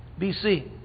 BC